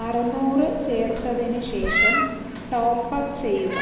അറുനൂറ് ചേർത്തതിന് ശേഷം ടോപ്പപ് ചെയ്യുക